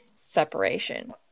separation